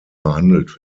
behandelt